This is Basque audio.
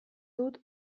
dut